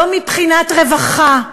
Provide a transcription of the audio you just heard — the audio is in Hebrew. לא מבחינת רווחה,